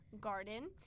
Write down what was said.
Garden